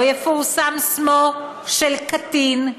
לא יפורסם שמו של קטין,